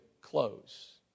close